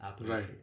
Right